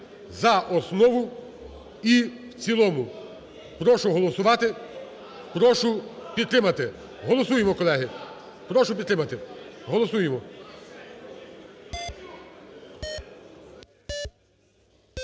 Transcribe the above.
за основу і в цілому. Прошу голосувати, прошу підтримати. Голосуємо, колеги! Прошу підтримати. Голосуємо.